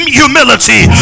humility